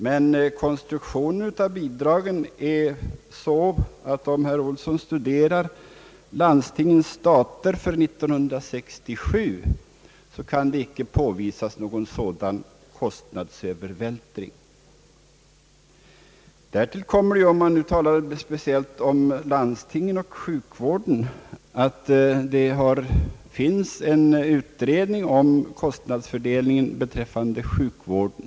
Men om herr Olsson studerar landstingens stater för 1967, finner han att konstruktionen är sådan att det inte f. n. kan påvisas någon kostnadsövervältring. Därtill kommer — om jag talar speciellt om landstingen och sjukvården — att det finns en utredning om kostnadsfördelningen beträffande sjukvården.